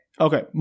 Okay